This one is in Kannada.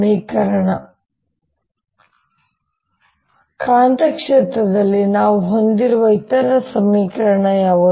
HB0 M or B0HM Hjfree ಕಾಂತಕ್ಷೇತ್ರದಲ್ಲಿ ನಾನು ಹೊಂದಿರುವ ಇತರ ಸಮೀಕರಣ ಯಾವುದು